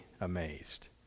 amazed